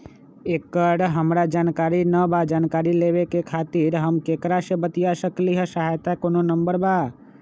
एकर हमरा जानकारी न बा जानकारी लेवे के खातिर हम केकरा से बातिया सकली ह सहायता के कोनो नंबर बा?